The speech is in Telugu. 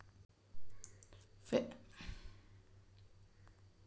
పెస్ట్ మేనేజ్మెంట్ అంటే ఏమిటి?